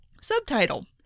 Subtitle